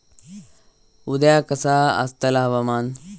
उद्या कसा आसतला हवामान?